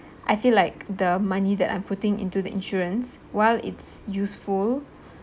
I feel like the money that I'm putting into the insurance while it's useful